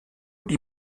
die